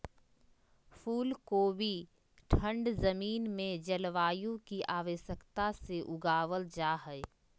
फूल कोबी ठंड जमीन में जलवायु की आवश्यकता से उगाबल जा हइ